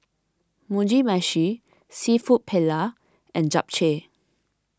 Mugi Meshi Seafood Paella and Japchae